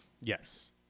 Yes